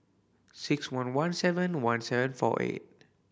six one one seven one seven four eight